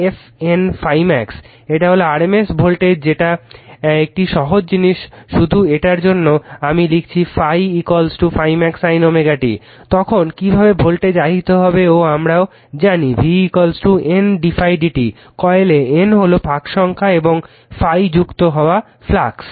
এটা হলো RMS voltage যেটা একটি সহজ জিনিস শুধু এটার জন্য আমি লিখেছি ফ্লাক্স ∅∅ max sin t তখন কিভাবে ভোল্টেজ আহিত হবে ও আমরা জানি v N d ∅ d t কয়েলে N হলো পাক সংখ্যা এবং ∅ যুক্ত হওয়া ফ্লাক্স